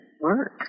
Work